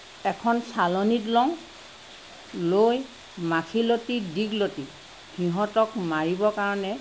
এখন চালনীত লওঁ লৈ মাখিলতি দীঘলতি সিহঁতক মাৰিবৰ কাৰণে